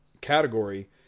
category